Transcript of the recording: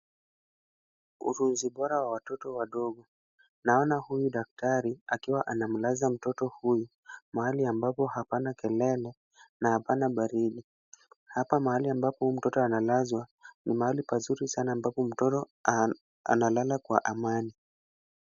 Utunzi bora wa watoto wadogo. Naona huyu daktari akiwa anamlaza mtoto huyu, mahali ambapo hapana kelele na hapana baridi. Hapa mahali ambapo huyu mtoto analazwa, ni pahali pazuri sana ambapo mtoto analala kwa amani.